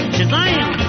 Shazam